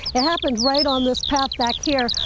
it happened right on this path back here.